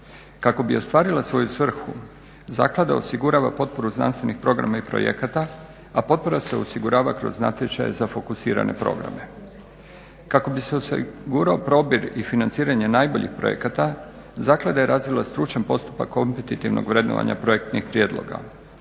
Kako bi ostvarila svoju svrhu zaklada osigurava potporu znanstvenih programa i projekata, a potpora se osigurava kroz natječaje za fokusirane programe. Kako bi se osigurao probir i financiranje najboljih projekata, zaklada je razvila stručan postupak kompititvnog vrednovanja projektnih prijedloga.